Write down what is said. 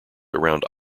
around